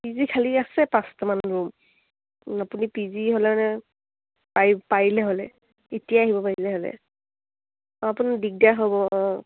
P G খালী আছে পাঁচটামান ৰুম আপুনি পি জি পাৰি পাৰিলে হ'লে এতিয়াই আহিব পাৰিলে হ'লে অঁ আপুনি দিগদাৰ হ'ব অঁ